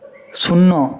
শূন্য